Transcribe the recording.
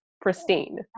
pristine